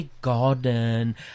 Garden